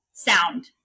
sound